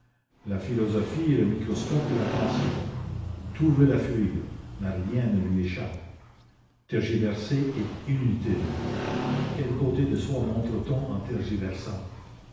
la philosophie est le microscope de la pensée tout veut la fuir mais rien ne lui échappe tergiverser est inutile quel côté de soi montre t on en